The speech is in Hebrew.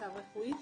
במצב רפואי.